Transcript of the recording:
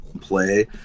play